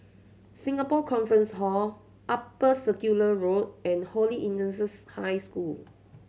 Singapore Conference Hall Upper Circular Road and Holy Innocents' High School